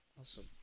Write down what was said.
Awesome